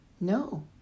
No